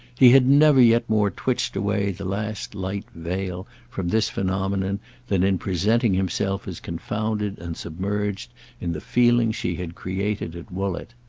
he had never yet more twitched away the last light veil from this phenomenon than in presenting himself as confounded and submerged in the feeling she had created at woollett.